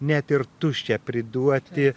net ir tuščią priduoti